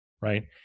Right